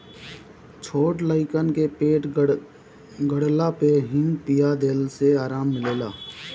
छोट लइकन के पेट गड़ला पे हिंग पिया देला से आराम मिलेला